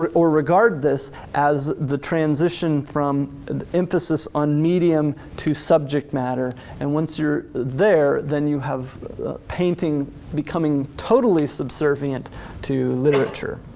or or regard this as the transition from and emphasis on medium to subject matter and once you're there, then you have painting becoming totally subservient to literature.